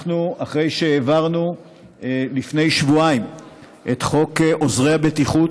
אחרי שהעברנו לפני שבועיים את חוק עוזרי הבטיחות,